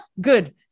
good